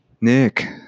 Nick